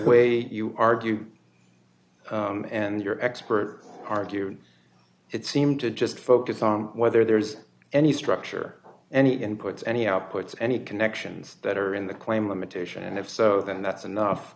way you argue and your experts argue it seemed to just focus on whether there's any structure and you can put any outputs any connections that are in the claim limitation and if so then that's enough